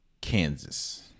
Kansas